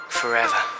forever